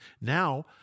Now